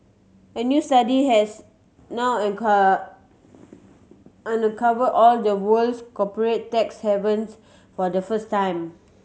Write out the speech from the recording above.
a new study has now uncover all the world's corporate tax havens for the first time